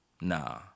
nah